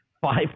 five